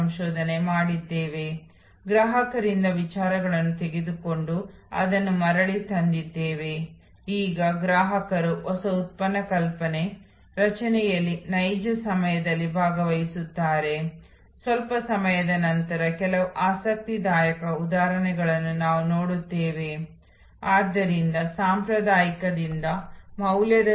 ತದನಂತರ ಗ್ರಾಹಕರು ಈ ಹಂತಗಳ ಮೂಲಕ ಹೋಗುತ್ತಾರೆ ಮತ್ತು ಗ್ರಾಹಕರು ನಿರ್ಗಮಿಸುತ್ತಾರೆ ಇದು ಸೇವೆಯ ಮೂಲಕ ಪ್ರಕ್ರಿಯೆಯ ಹರಿವನ್ನು ನೋಡುವ ಸಾಂಪ್ರದಾಯಿಕ ವಿಧಾನವಾಗಿದೆ